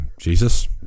Jesus